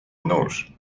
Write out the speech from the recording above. nóż